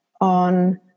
on